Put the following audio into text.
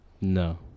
No